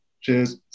Cheers